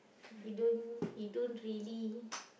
he don't he don't really